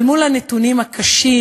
אבל מול הנתונים הקשים,